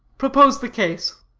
propose the case.